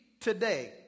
today